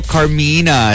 Carmina